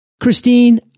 christine